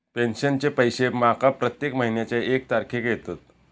पेंशनचे पैशे माका प्रत्येक महिन्याच्या एक तारखेक येतत